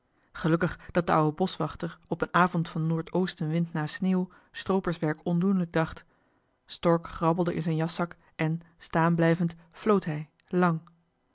strakstil gelukkig datde ou'e boschwachter op een avond van noord-oostenwind na sneeuw strooperswerk ondoenlijk dacht stork grabbelde diep in zijn jaszak en staan blijvend floot hij lang